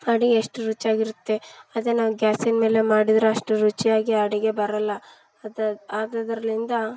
ಅಡಿಗೆ ಎಷ್ಟು ರುಚಿಯಾಗಿರುತ್ತೆ ಅದೇ ನಾವು ಗ್ಯಾಸಿನ ಮೇಲೆ ಮಾಡಿರೋ ಅಷ್ಟು ರುಚಿಯಾಗಿ ಅಡಿಗೆ ಬರೋಲ್ಲ ಅದು ಆದುದರಿಂದ